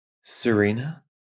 Serena